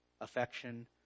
affection